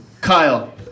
Kyle